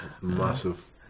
Massive